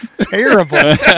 Terrible